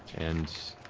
and